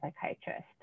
psychiatrist